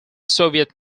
soviet